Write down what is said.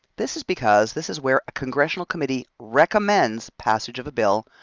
this is because this is where a congressional committee recommends passage of a bill,